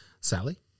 Sally